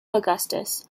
augustus